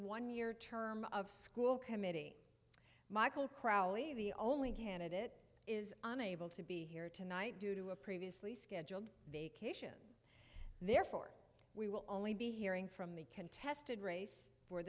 one year term of school committee michael crowley the only candidate is unable to be here tonight due to a previously scheduled vacation therefore we will only be hearing from the contested race for